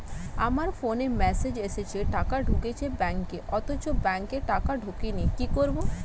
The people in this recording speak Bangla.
আমার ফোনে মেসেজ এসেছে টাকা ঢুকেছে ব্যাঙ্কে অথচ ব্যাংকে টাকা ঢোকেনি কি করবো?